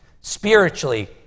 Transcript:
Spiritually